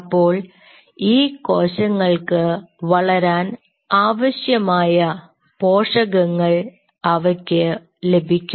അപ്പോൾ ഈ കോശങ്ങൾക്ക് വളരാൻ ആവശ്യമായ പോഷകങ്ങൾ അവയ്ക്ക് ലഭിക്കും